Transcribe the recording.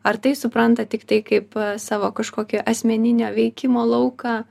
ar tai supranta tiktai kaip savo kažkokį asmeninio veikimo lauką